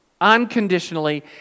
unconditionally